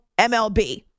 MLB